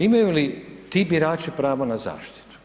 Imaju li ti birači pravo na zaštitu?